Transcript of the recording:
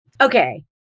Okay